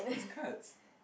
it's cards